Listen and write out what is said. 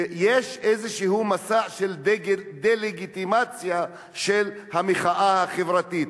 שיש איזה מסע של דה-לגיטימציה של המחאה החברתית,